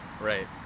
Right